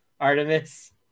Artemis